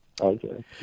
Okay